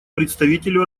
представителю